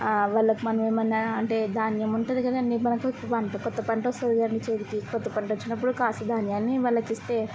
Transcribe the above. వాళ్ళకు మనం ఏమన్నా అంటే ధాన్యం ఉంటుంది కదండి మనకు పంట కొత్త పంట స్తది కదండి చేతికి కొత్త పంట వచ్చినప్పుడు కాసు ధాన్యాన్ని వాళ్ళకి ఇస్తే